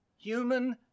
Human